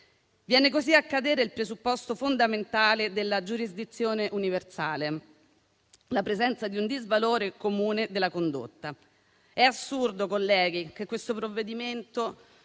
Viene così a cadere il presupposto fondamentale della giurisdizione universale, la presenza di un disvalore comune della condotta. È assurdo, colleghi, che questo provvedimento